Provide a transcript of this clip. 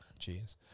Jeez